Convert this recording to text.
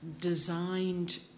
Designed